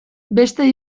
beste